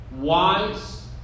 wise